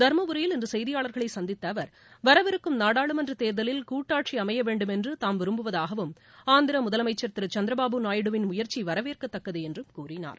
தருமபுரியில் இன்று செய்தியாளர்களை சந்தித்த அவர் வரவிருக்கும் நாடாளுமன்றத் தேர்தலில் கூட்டாட்சி அமைய வேண்டும் என்று தாம் விரும்புவதாகவும் ஆந்திர முதலமைச்சர் சந்திரபாபு நாயுடுவின் முயற்சி வரவேற்கத்தக்கது என்றும் கூறினார்